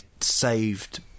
saved